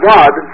God